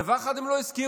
דבר אחד הם לא הזכירו,